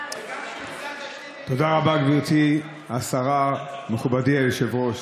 תודה רבה, גברתי השרה, מכובדי היושב-ראש.